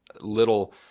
little